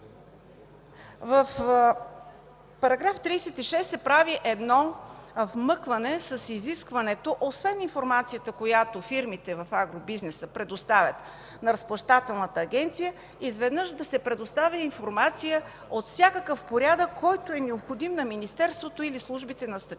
В § 36 се прави едно вмъкване с изискването освен информацията, която фирмите в агробизнеса предоставят на Разплащателната агенция, изведнъж да се предоставя информация от всякакъв порядък, който е необходим на Министерството или службите на статистиката.